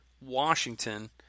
Washington